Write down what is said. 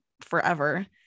forever